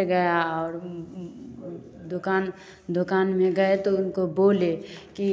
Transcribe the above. फट गया और दुकान दुकान में गए तो उनको बोले कि